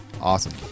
awesome